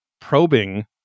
probing